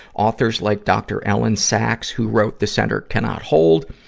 authors like dr. elyn saks, who wrote the center cannot hold,